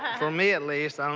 from me at least, um